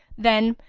then,